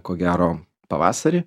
ko gero pavasarį